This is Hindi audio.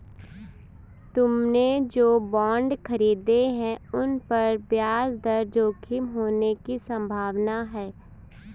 तुमने जो बॉन्ड खरीदे हैं, उन पर ब्याज दर जोखिम होने की संभावना है